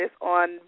on